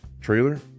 trailer